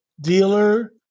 dealer